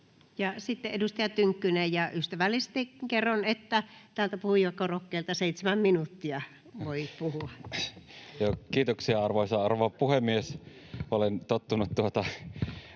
Sitten edustaja Tynkkynen, ja ystävällisesti kerron, että tältä puhujakorokkeelta 7 minuuttia voi puhua. Kiitoksia, arvoisa rouva puhemies! Kun puhemies